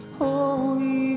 holy